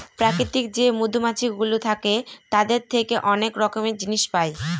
প্রাকৃতিক যে মধুমাছিগুলো থাকে তাদের থেকে অনেক রকমের জিনিস পায়